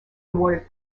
awarded